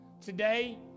Today